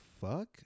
fuck